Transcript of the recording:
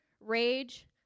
rage